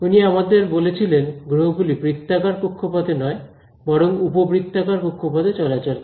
উনি আমাদের বলেছিলেন গ্রহগুলি বৃত্তাকার কক্ষপথে নয় বরং উপবৃত্তাকার কক্ষপথে চলাচল করে